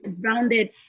rounded